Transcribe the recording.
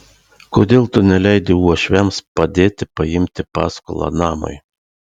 kodėl tu neleidi uošviams padėti paimti paskolą namui